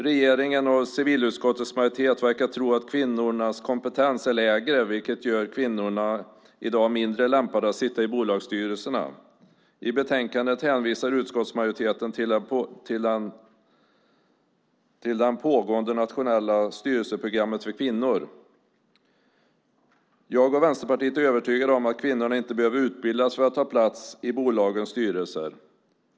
Regeringen och civilutskottets majoritet verkar tro att kvinnornas kompetens är lägre, vilket gör kvinnorna i dag mindre lämpade att sitta i bolagsstyrelserna. I betänkandet hänvisar utskottsmajoriteten till det pågående nationella styrelseprogrammet för kvinnor. Jag och Vänsterpartiet är övertygade om att kvinnorna inte behöver utbildas för att ta plats i bolagens styrelser.